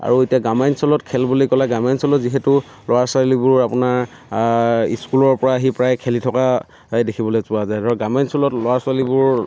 আৰু এতিয়া গ্ৰাম্যাঞ্চলত খেল বুলি ক'লে গ্ৰাম্যাঞ্চলত যিহেতু ল'ৰা ছোৱালীবোৰ আপোনাৰ স্কুলৰ পৰা আহি প্ৰায় খেলি থকাই দেখিবলৈ পোৱা যায় আৰু গ্ৰাম্যাঞ্চলত ল'ৰা ছোৱালীবোৰ